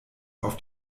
auf